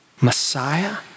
Messiah